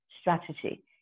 strategy